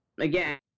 again